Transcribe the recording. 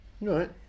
Right